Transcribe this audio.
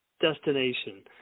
destination